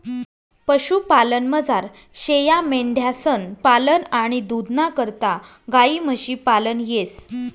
पशुपालनमझार शेयामेंढ्यांसनं पालन आणि दूधना करता गायी म्हशी पालन येस